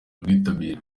ubwitabire